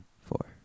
Four